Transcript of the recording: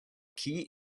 key